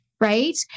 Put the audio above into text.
right